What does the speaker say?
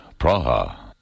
Praha